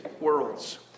worlds